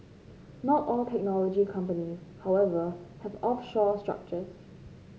not all technology companies however have offshore structures